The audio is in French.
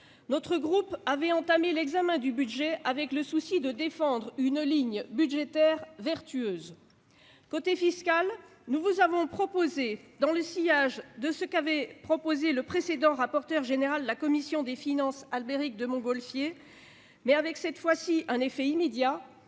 notre groupe avait entamé l'examen du budget avec le souci de défendre une ligne budgétaire vertueuse. Du côté fiscal, nous avons proposé, dans le sillage de ce qui avait été avancé par le précédent rapporteur général de la commission des finances, Albéric de Montgolfier, mais avec cette fois-ci un effet immédiat,